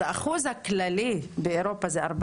האחוז הכללי באירופה הוא 14,